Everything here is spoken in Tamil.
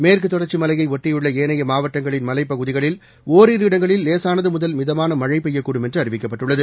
மேற்கு தொடர்ச்சி மலையை ஒட்டியுள்ள ஏனைய மாவட்டங்களின் மலைப்பகுதிகளில் ஒரிரு இடங்களில் லேசானது முதல் மிதமான மழை பெய்யக்கூடும் என்று அறிவிக்கப்பட்டுள்ளது